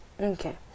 Okay